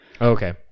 Okay